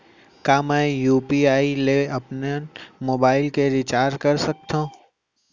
का मैं यू.पी.आई ले अपन मोबाइल के रिचार्ज कर सकथव?